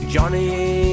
Johnny